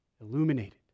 illuminated